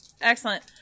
Excellent